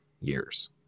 years